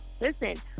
Listen